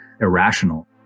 irrational